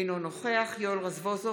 אינו נוכח יואל רזבוזוב,